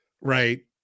right